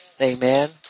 Amen